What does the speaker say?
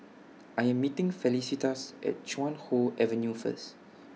I Am meeting Felicitas At Chuan Hoe Avenue First